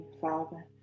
Father